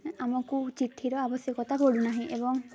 ଆମକୁ ଚିଠିର ଆବଶ୍ୟକତା ପଡ଼ୁନାହିଁ ଏବଂ